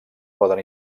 poden